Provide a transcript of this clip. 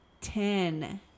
ten